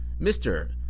Mr